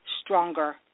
stronger